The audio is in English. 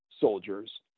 soldiers